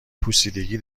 پوسیدگی